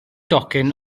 docyn